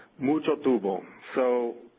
imucho tubo so,